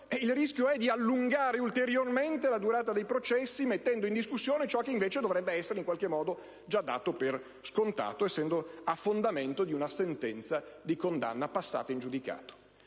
il rischio è di allungare ulteriormente la durata dei processi, mettendo in discussione ciò che dovrebbe essere invece già dato per scontato, essendo a fondamento di una sentenza di condanna passata in giudicato.